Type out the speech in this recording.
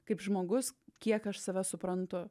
kaip žmogus kiek aš save suprantu